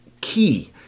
key